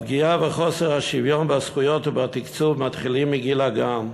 הפגיעה וחוסר השוויון בזכויות ובתקצוב מתחילים מגיל הגן,